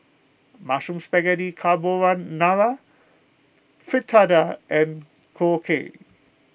Mushroom Spaghetti Carbonara Fritada and Korokke